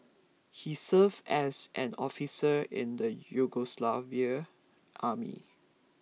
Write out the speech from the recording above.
he served as an officer in the Yugoslav army